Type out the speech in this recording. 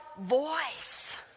voice